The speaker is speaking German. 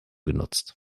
genutzt